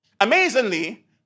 Amazingly